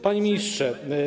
Panie Ministrze!